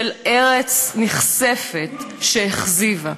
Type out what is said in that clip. של ארץ נכספת שהכזיבה,